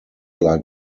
like